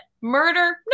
murder